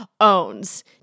owns